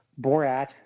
Borat